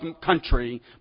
country